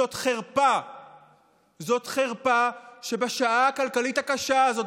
זאת חרפה שבשעה הכלכלית הקשה הזאת,